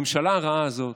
הממשלה הרעה הזאת